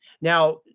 Now